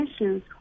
issues